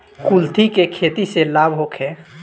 कुलथी के खेती से लाभ होखे?